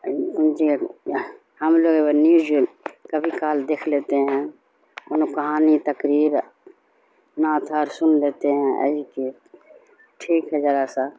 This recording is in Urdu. ہم لوگ نیوز کبھی کال دیکھ لیتے ہیں ان کہانی تقریر نعت واتھ سن لیتے ہیں یہی کہ ٹھیک ہے ذرا سا